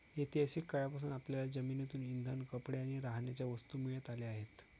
ऐतिहासिक काळापासून आपल्याला जमिनीतून इंधन, कपडे आणि राहण्याच्या वस्तू मिळत आल्या आहेत